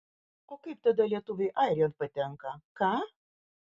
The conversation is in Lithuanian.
o kaip tada lietuviai airijon patenka ką